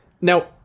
Now